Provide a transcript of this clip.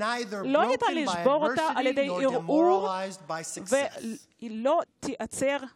קשיים לא ישברו אותה, והצלחה לא תרפה את ידיה.